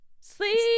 Sleep